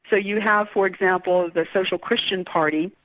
so you have for example, the social christian party,